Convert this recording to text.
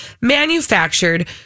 manufactured